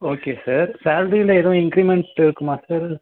okay sir சேல்ரியில் ஏதும் increments இருக்குமா சார்